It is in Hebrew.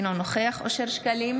אינו נוכח אושר שקלים,